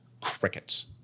Crickets